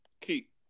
keep